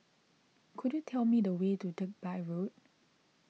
could you tell me the way to Digby Road